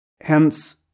Hence